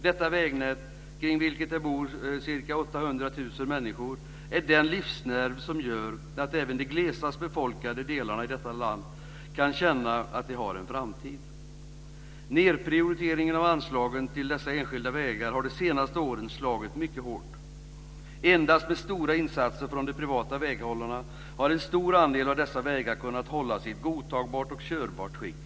Detta vägnät, kring vilket det bor ca 800 000 människor, är den livsnerv som gör att även de glesast befolkade delar i detta land kan känna att de har en framtid. Nedprioriteringen av anslagen till dessa enskilda vägar har de senaste åren slagit mycket hårt. Endast med stora insatser från de privata väghållarna har en stor andel av dessa vägar kunnat hållas i ett godtagbart och körtbart skick.